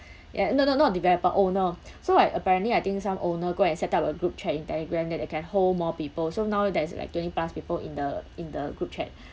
ya no no not developer owner so I apparently I think some owner go and set up a group chat in telegram that that can hold more people so now there's like twenty plus people in the in the group chat